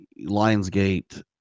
Lionsgate